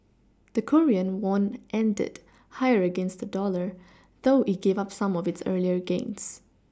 the Korean won ended higher against the dollar though it gave up some of its earlier gains